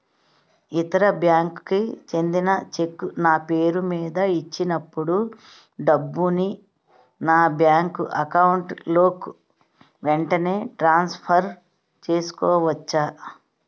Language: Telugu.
ఇతర బ్యాంక్ కి చెందిన చెక్ నా పేరుమీద ఇచ్చినప్పుడు డబ్బుని నా బ్యాంక్ అకౌంట్ లోక్ వెంటనే ట్రాన్సఫర్ చేసుకోవచ్చా?